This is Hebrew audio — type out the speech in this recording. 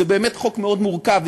זה באמת חוק מאוד מורכב,